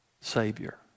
Savior